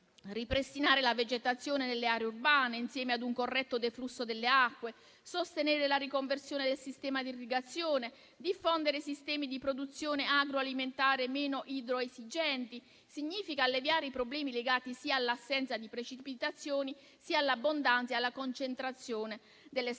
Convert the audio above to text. Ripristinare la vegetazione nelle aree urbane insieme a un corretto deflusso delle acque, sostenere la riconversione del sistema di irrigazione, diffondere sistemi di produzione agroalimentare meno idroesigenti: tutto ciò significa alleviare i problemi legati sia all'assenza di precipitazioni sia alla concentrazione delle stesse.